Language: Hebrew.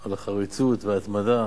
על החריצות וההתמדה,